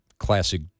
classic